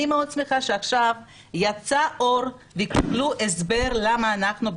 אני מאוד שמחה שעכשיו יצא אור ויקבלו הסבר למה אנחנו,